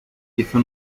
hizo